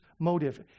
motive